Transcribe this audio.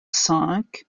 cinq